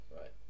right